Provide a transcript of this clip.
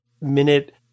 minute